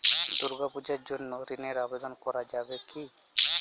দুর্গাপূজার জন্য ঋণের আবেদন করা যাবে কি?